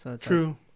True